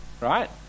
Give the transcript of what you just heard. right